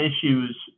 issues